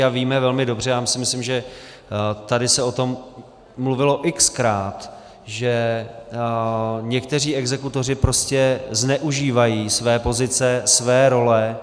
A víme velmi dobře, myslím, že tady se o tom mluvilo xkrát, že někteří exekutoři prostě zneužívají své pozice, své role.